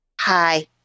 Hi